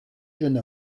jeune